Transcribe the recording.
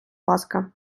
ласка